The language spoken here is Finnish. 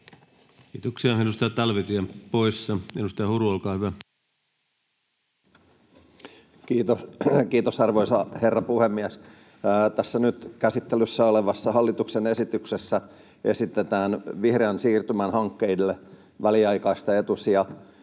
koskevaksi lainsäädännöksi Time: 18:41 Content: Kiitos, arvoisa herra puhemies! Tässä nyt käsittelyssä olevassa hallituksen esityksessä esitetään vihreän siirtymän hankkeille väliaikaista etusijaa.